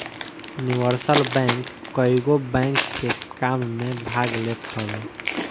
universal bank कईगो bank के काम में भाग लेत हवे